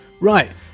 Right